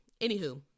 anywho